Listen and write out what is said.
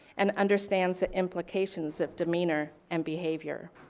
and understands the implications of demeanor and behavior.